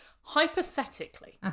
hypothetically